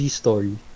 story